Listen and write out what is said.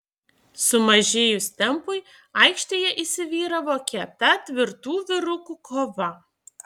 sumažėjus tempui aikštėje įsivyravo kieta tvirtų vyrukų kova